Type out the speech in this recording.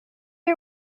are